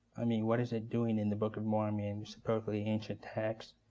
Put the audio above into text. i mean what is it doing in the book of mormon, supposedly an ancient text,